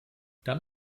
dann